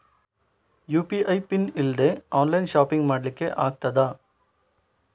UPI PIN ಇಲ್ದೆ online shopping ಮಾಡ್ಲಿಕ್ಕೆ ಆಗ್ತದಾ?